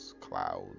clouds